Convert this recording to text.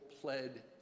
pled